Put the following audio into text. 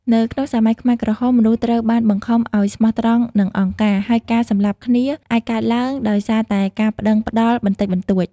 នៅក្នុងសម័យខ្មែរក្រហម មនុស្សត្រូវបានបង្ខំឲ្យស្មោះត្រង់និងអង្គការ ហើយការសម្លាប់គ្នាអាចកើតឡើងដោយសារតែការប្តឹងផ្តល់បន្តិចបន្តួច។